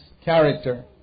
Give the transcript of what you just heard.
character